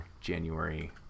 January